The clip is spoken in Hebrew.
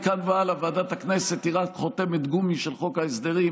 מכאן והלאה ועדת הכנסת היא רק חותמת גומי של חוק ההסדרים.